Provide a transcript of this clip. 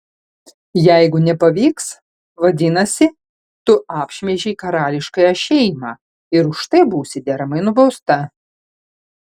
jeigu nepavyks vadinasi tu apšmeižei karališkąją šeimą ir už tai būsi deramai nubausta